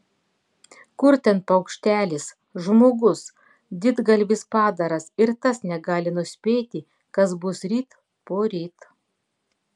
kur ten paukštelis žmogus didgalvis padaras ir tas negali nuspėti kas bus ryt poryt